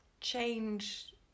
change